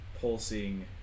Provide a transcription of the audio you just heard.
pulsing